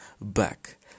back